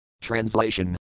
Translation